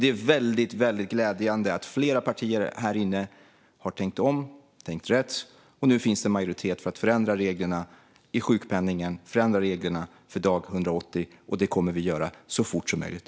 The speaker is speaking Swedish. Det är väldigt glädjande att flera partier här inne har tänkt om och tänkt rätt så att det nu finns majoritet för att ändra reglerna i sjukpenningen och för dag 180. Det kommer vi att göra så fort som möjligt.